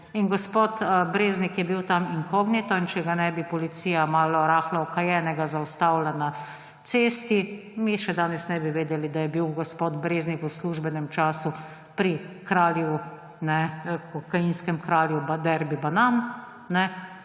gospod Breznik je bil tam inkognito. In če ga ne bi policija malo rahlo okajenega zaustavila na cesti, mi še danes nebi vedeli, da je bil gospod Breznik v službenem času pri kokainskem kralju Derby banan.